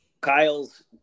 Kyle's